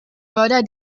mörder